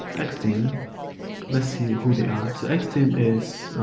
x team let's see who who they are. so x team is